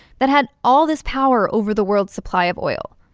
that had all this power over the world's supply of oil.